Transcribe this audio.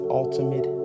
ultimate